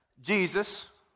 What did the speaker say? Jesus